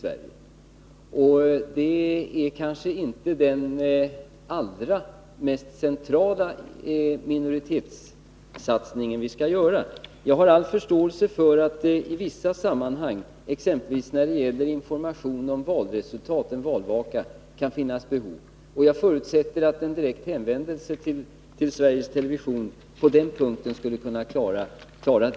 Det är kanske inte den allra mest centrala minoritetssatsningen som vi skall göra. Jag har all förståelse för att det i vissa sammanhang, exempelvis när det gäller information om valresultat i en valvaka, kan finnas särskilda behov. Jag förutsätter att en direkt hänvändelse till Sveriges Television på den punkten skulle kunna klara det problemet.